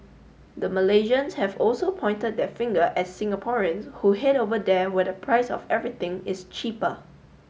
the Malaysians have also pointed their finger at Singaporeans who head over there where the price of everything is cheaper